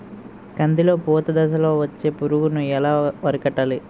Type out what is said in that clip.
కందిలో పూత దశలో వచ్చే పురుగును ఎలా అరికట్టాలి?